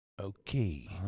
Okay